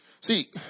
See